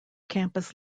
campus